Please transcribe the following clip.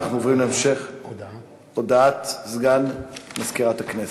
אנחנו עוברים להודעת סגן מזכירת הכנסת.